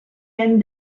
end